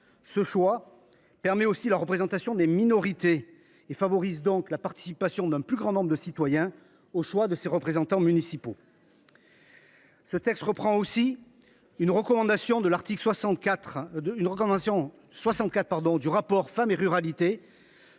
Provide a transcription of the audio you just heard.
Ce choix permet aussi la représentation des minorités et favorise donc la participation d’un plus grand nombre de citoyens au choix de ses représentants municipaux. Il reprend d’ailleurs la recommandation n° 64 du rapport, dont j’avais